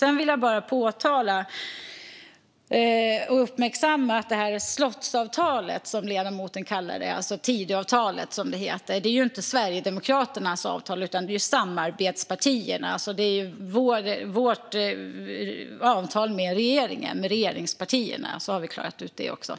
Jag vill också påpeka och uppmärksamma att det som ledamoten kallar slottsavtalet - alltså Tidöavtalet, som det heter - inte är Sverigedemokraternas avtal utan samarbetspartiernas. Det är vårt avtal med regeringen, eller med regeringspartierna. Nu har jag klarat ut även detta.